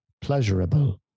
pleasurable